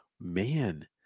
Man